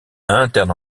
interne